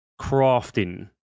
crafting